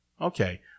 Okay